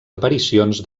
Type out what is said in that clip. aparicions